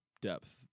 depth